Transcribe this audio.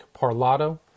Parlato